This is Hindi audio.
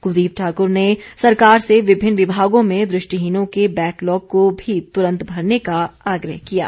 क्लदीप ठाक्र ने सरकार से विभिन्न विभागों में दृष्टिहीनों के बैकलॉग को भी तुरंत भरने का आग्रह किया है